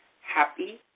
Happy